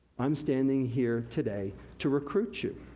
i'm standing here today to recruit you.